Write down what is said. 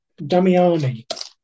Damiani